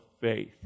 faith